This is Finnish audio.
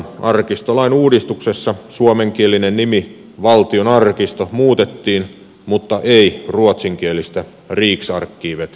arkistolain uudistuksessa suomenkielinen nimi valtionarkisto muutettiin mutta ei ruotsinkielistä riksarkivet nimeä